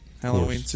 Halloween